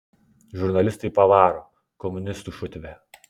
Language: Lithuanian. žurnalistai pavaro komunistų šutvė